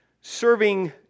serving